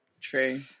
True